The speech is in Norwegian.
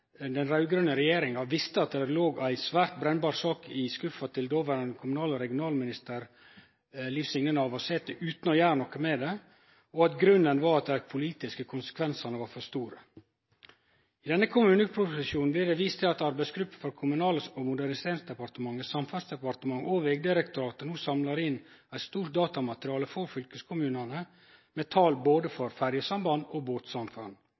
den raud-grøne regjeringa visste at det låg ei svært brennbar sak i skuffa til dåverande regional- og kommunalminister Liv Signe Navarsete – utan å gjere noko med det. Grunnen var at dei politiske konsekvensane var for store. I denne kommuneproposisjonen blir det vist til at ei arbeidsgruppe med Kommunal- og moderniseringsdepartementet, Samferdselsdepartementet og Vegdirektoratet samlar inn eit stort datamateriale for fylkeskommunane med tal for både ferjesamband og